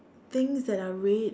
things that are red